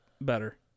better